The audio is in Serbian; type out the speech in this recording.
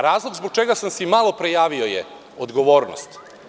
Razlog zbog čega sam se i malopre javio je odgovornost.